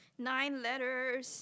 nine letters